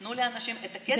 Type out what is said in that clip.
תנו לאנשים את הכסף הזה,